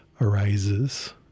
arises